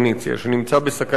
שנמצא בסכנת סגירה.